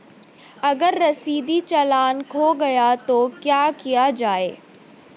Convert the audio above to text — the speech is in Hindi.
अगर रसीदी चालान खो गया तो क्या किया जाए?